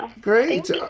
Great